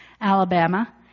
Alabama